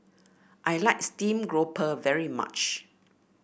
I like Steamed Grouper very much